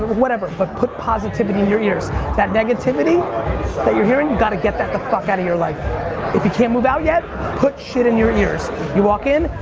whatever but put positivity in your ears that negativity that you're hearing you gotta get that the fuck out of your life if you can't move out yet put shit in your ears you walk in,